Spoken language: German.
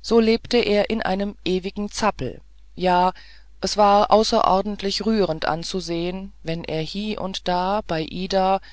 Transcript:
so lebte er in einem ewigen zappel ja es war ordentlich rührend anzusehen wenn er hie und da bei ida